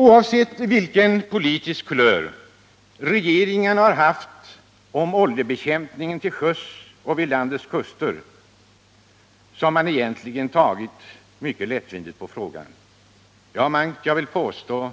Oavsett vilken politisk kulör regeringar haft, har man tagit mycket lättvindigt — ja, jag vill påstå